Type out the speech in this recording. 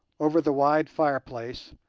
over the wide fireplace,